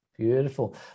Beautiful